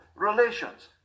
relations